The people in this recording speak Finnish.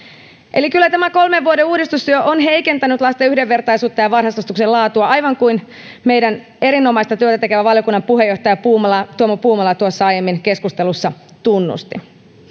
eli kyllä tämä kolmen vuoden uudistustyö on heikentänyt lasten yhdenvertaisuutta ja ja varhaiskasvatuksen laatua aivan niin kuin meidän erinomaista työtä tekevä valiokunnan puheenjohtaja tuomo puumala tuossa aiemmin keskustelussa tunnusti